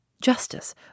Justice